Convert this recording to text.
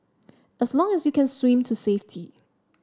as long as you can swim to safety